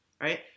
Right